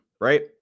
right